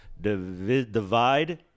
divide